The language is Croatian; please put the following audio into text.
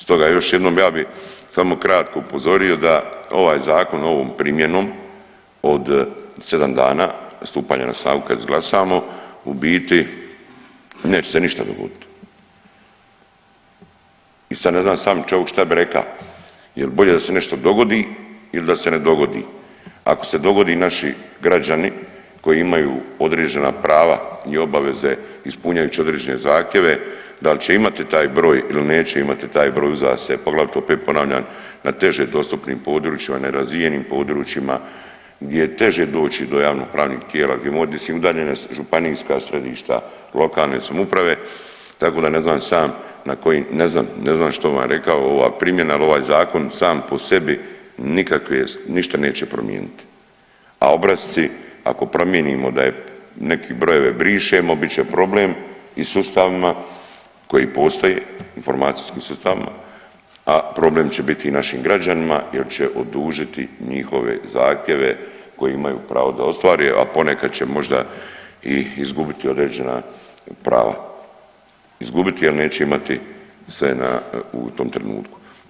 Stoga još jednom ja bi samo kratko upozorio da ovaj zakon ovom primjenom od 7 dana stupanja na snagu kad izglasamo u biti neće se ništa dogodit i sad ne znam sam šta bi reka jel bolje da se nešto dogodi il da se ne dogodi, ako se dogodi naši građani koji imaju određena prava i obaveze ispunjajući određene zahtjeve dal će imati taj broj il neće imati taj broj uza se, poglavito opet ponavljam na teže dostupnim područjima, nerazvijenim područjima gdje je teže doći do javnopravnih tijela gdje su udaljenost županijska središta, lokalne samouprave tako da ne znam sam na koji, ne znam, ne znam što bi vam rekao ova primjena, al ovaj zakon sam po sebi nikakve, ništa neće promijeniti, a obrasci ako promijenimo da je neke brojeve brišemo bit će problem i sustavima koji postoje, informacijskim sustavima, a problem će biti i našim građanima jer će odužiti njihove zahtjeve koje imaju pravo da ostvare, a ponekad će možda i izgubiti određena prava, izgubiti jel neće imati sve na, u tom trenutku.